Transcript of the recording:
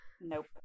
Nope